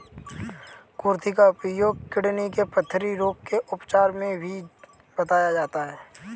कुर्थी का उपयोग किडनी के पथरी रोग के उपचार में भी बताया जाता है